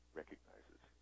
recognizes